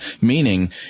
meaning